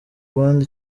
bandi